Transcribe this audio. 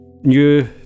new